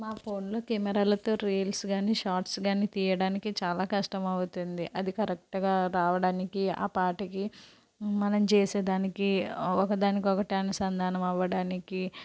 నా ఫోన్లో కెమెరాలతో రీల్స్ గాని షార్ట్స్ కాని తీయడానికి చాలా కష్టం అవుతుంది అది కరెక్టుగా రావడానికి ఆ పాటకి మనం చేసే దానికి ఒకదానికి ఒకటి అనుసంధానం అవ్వడానికి